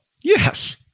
Yes